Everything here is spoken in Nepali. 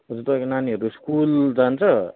हजुर तपाईँको नानीहरू स्कुल जान्छ